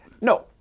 No